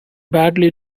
badly